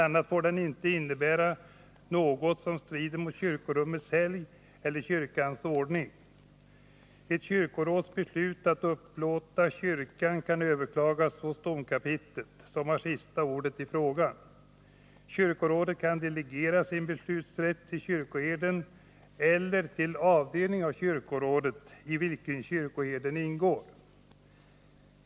a. får den inte innebära något som strider mot kyrkorummets helgd eller kyrkans ordning. Ett kyrkoråds beslut att upplåta kyrkan kan överklagas hos domkapitlet, som har sista ordet i frågan. Kyrkorådet kan delegera sin beslutanderätt till kyrkoherden eller till en avdelning av kyrkorådet, i vilken kyrkoherden ingår.